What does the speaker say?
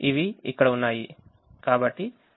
ఇవి ఇక్కడ ఉన్నాయి